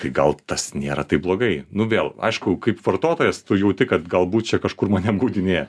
tai gal tas nėra taip blogai nu vėl aišku kaip vartotojas tu jauti kad galbūt čia kažkur mane apgaudinėja